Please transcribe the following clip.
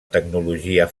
tecnologia